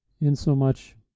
insomuch